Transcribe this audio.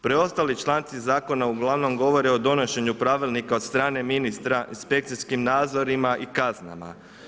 Preostali članci zakona uglavnom govore o donošenju pravilnika od strane ministra, inspekcijskim nadzorima i kaznama.